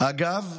אגב,